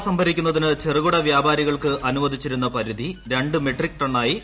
സവോള സംഭരിക്കുന്നതിനു ചെറുകിട വ്യാപാരികൾക്ക് അനുവദിച്ചിരുന്ന പരിധി രണ്ട് മെട്രിക് ടണ്ണായി കുറച്ചു